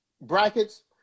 brackets